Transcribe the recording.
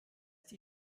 die